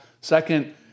second